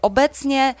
Obecnie